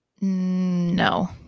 No